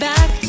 Back